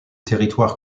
territoire